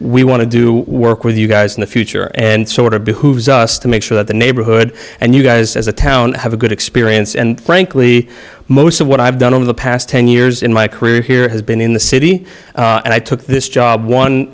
we want to do work with you guys in the future and sort of behooves us to make sure that the neighborhood and you guys as a town have a good experience and frankly most of what i've done over the past ten years in my career here has been in the city and i took this job one